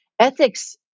ethics